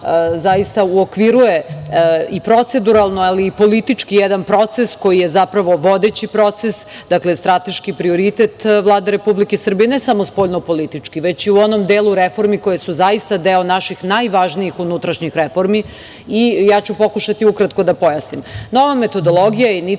zaista uokviruje proceduralno i politički jedan proces koji je zapravo vodeći proces, dakle, strateški prioritet Vlade Republike Srbije, ne samo spoljnopolitički, već i u onom delu reformi koje su zaista deo naših najvažnijih unutrašnjih reformi. Pokušaću ukratko da pojasnim. Nova metodologija je